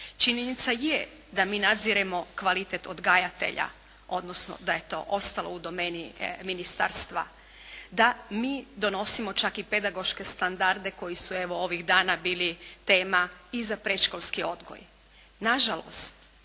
Činjenica je da mi nadziremo kvalitet odgajatelja, odnosno da je to ostalo u domeni ministarstva, da mi donosimo čak i pedagoške standarde koji su evo ovih dana bili tema i za predškolski odgoj.